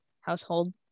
household